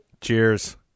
Cheers